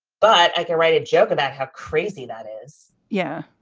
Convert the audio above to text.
but i can write a joke about how crazy that is yeah,